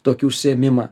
tokį užsiėmimą